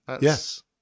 Yes